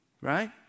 right